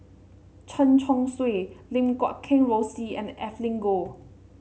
Chen Chong Swee Lim Guat Kheng Rosie and Evelyn Goh